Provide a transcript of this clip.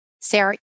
Sarah